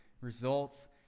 results